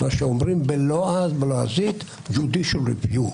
כמו שאומרים בלועזית judicial review.